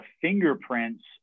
fingerprints